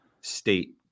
state